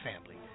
family